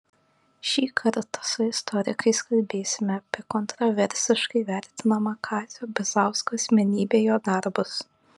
šį kartą su istorikais kalbėsime apie kontraversiškai vertinamą kazio bizausko asmenybę jo darbus